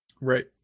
Right